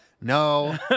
No